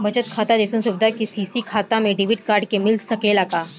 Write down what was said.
बचत खाता जइसन सुविधा के.सी.सी खाता में डेबिट कार्ड के मिल सकेला का?